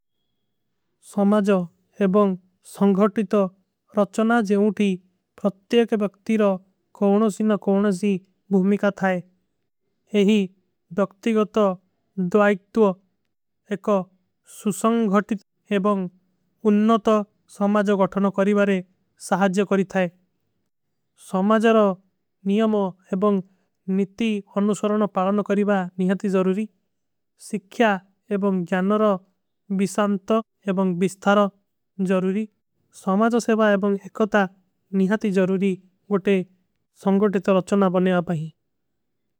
ସମାଜ ଏବଂଗ ସଂଗଟିତ ରଚନା ଜେଓଂଟୀ ପ୍ରତ୍ଯକ ବକ୍ତିର କୌନୋଂ ସୀ ନ। କୌନୋଂ ସୀ ଭୁମିକା ଥାଈ ଏହୀ ବ୍ଯକ୍ତିଗତ ଦ୍ଵାଇକ୍ତ୍ଵ ଏକ ସୁସଂଗଟିତ। ଏବଂଗ ଉନ୍ନୋଂତ ସମାଜ ଗଠନ କରୀବାରେ ସହାଜ୍ଯ କରୀ ଥାଈ ସମାଜର। ନିଯମ ଏବଂଗ ନିତି ଅନୁସରନ ପାଡନ କରୀବାର ନିହାଥୀ ଜରୂରୀ। ସିଖ୍ଯା ଏବଂଗ ଜ୍ଯାନର ବିଶାଂତ ଏବଂଗ ବିଶ୍ଥାର ଜରୂରୀ ସମାଜ ସେଵା। ଏବଂଗ ଏକତା ନିହାଥୀ ଜରୂରୀ ଓଟେ ସଂଗଟିତ ରଚନା ବନେଵା ଭାଈ।